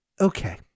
okay